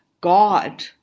God